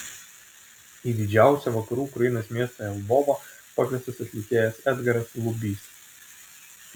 į didžiausią vakarų ukrainos miestą lvovą pakviestas atlikėjas edgaras lubys